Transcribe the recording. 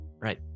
Right